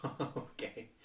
Okay